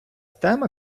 тема